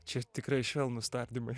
čia tikrai švelnūs tardymai